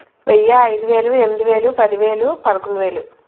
వెయ్యి ఐదువేలు ఎనమిది వేలు పదివేలు పదకొండు వేలు